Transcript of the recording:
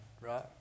right